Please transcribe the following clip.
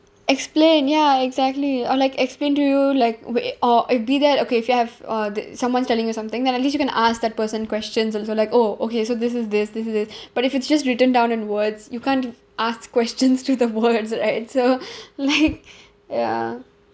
explain ya exactly or like explain to you like way or be that okay if you have uh the someone's telling you something then at least you can ask that person questions also like oh okay so this is this this is this but if it's just written down in words you can't ask questions to the words right so like ya